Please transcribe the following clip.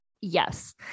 Yes